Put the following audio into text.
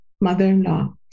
mother-in-law